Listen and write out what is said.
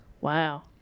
Wow